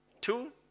two